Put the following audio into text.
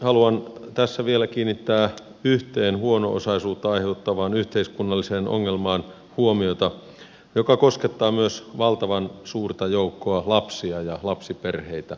haluan tässä vielä kiinnittää huomiota yhteen huono osaisuutta aiheuttavaan yhteiskunnalliseen ongelmaan joka koskettaa myös valtavan suurta joukkoa lapsia ja lapsiperheitä